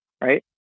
right